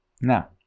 Now